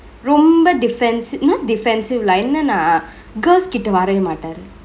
ரொம்ப:rombe defense~ not defensive lah என்னா:ennanaa girls கிட்ட வரவே மாட்டாரு:kitte varave maataru